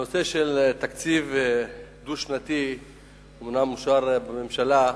הנושא של תקציב דו-שנתי אומנם אושר בממשלה,